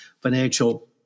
financial